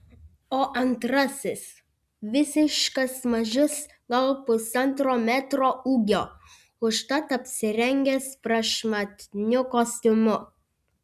o antrasis visiškas mažius gal pusantro metro ūgio užtat apsirengęs prašmatniu kostiumu